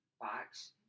box